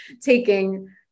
taking